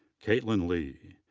caitlin lee,